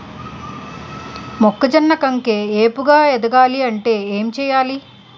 మొక్కజొన్న కంకి ఏపుగ ఎదగాలి అంటే ఏంటి చేయాలి?